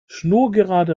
schnurgerade